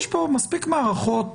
יש כאן מספיק מערכות